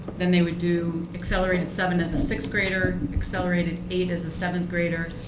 then they would do accelerated seventh as a sixth-grader, accelerated eight as a seventh grader.